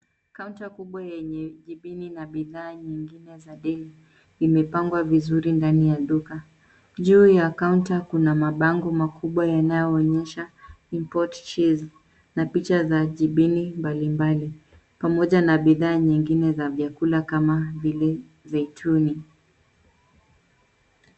Kaunta kubwa yenye jibini na bidhaa nyingine za deli vimepangwa vizuri ndani ya duka. Juu ya kaunta kuna mabango makubwa yanaonyesha import cheese na picha za jibini mbalimbali pamoja na bidhaa nyingine za vyakula kama vile zaituni.